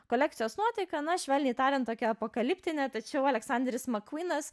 kolekcijos nuotaiką na švelniai tariant tokią apokaliptinę tačiau aleksanderis makvynas